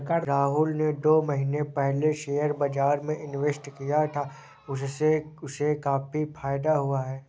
राहुल ने दो महीने पहले शेयर बाजार में इन्वेस्ट किया था, उससे उसे काफी फायदा हुआ है